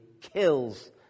kills